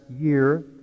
year